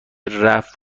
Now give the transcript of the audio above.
رفت